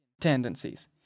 tendencies